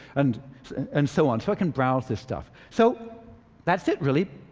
and and so on. so i can browse this stuff. so that's it, really.